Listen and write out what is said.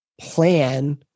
plan